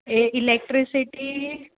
A electricity